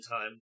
time